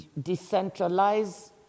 decentralize